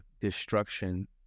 destruction